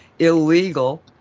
illegal